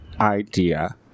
idea